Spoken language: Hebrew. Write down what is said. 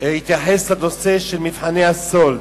התייחס לנושא של מבחני סאלד.